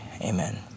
amen